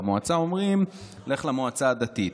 במועצה אומרים: לך למועצה הדתית.